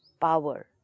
power